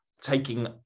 taking